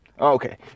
Okay